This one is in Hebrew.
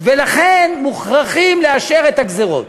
ולכן מוכרחים לאשר את הגזירות.